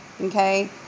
Okay